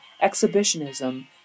exhibitionism